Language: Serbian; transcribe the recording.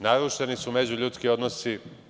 Narušeni su međuljudski odnosi.